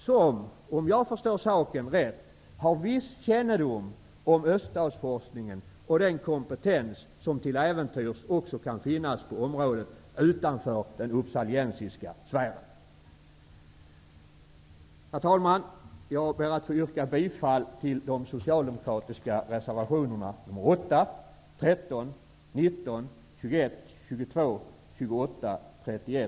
De har, om jag förstår saken rätt, viss kännedom om öststatsforskningen och den kompetens som till äventyrs också kan finnas på områden utanför den uppsaliensiska sfären. Herr talman! Jag ber att få yrka bifall till de socialdemokratiska reservationerna 8, 13, 19, 21,